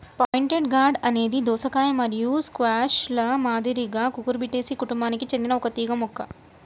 pointed gourd అనేది దోసకాయ మరియు స్క్వాష్ల మాదిరిగానే కుకుర్బిటేసి కుటుంబానికి చెందిన ఒక తీగ మొక్క